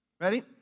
Ready